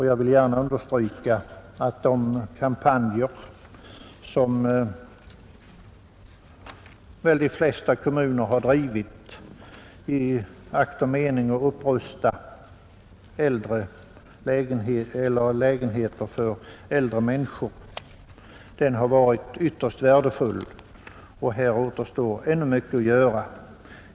Jag vill gärna understryka att de kampanjer, som väl de flesta kommuner har drivit i akt och mening att upprusta lägenheter för äldre människor, har varit ytterst betydelsefulla. Här återstår ännu mycket att göra.